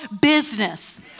business